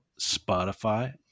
Spotify